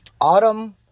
autumn